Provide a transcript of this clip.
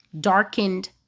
darkened